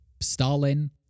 Stalin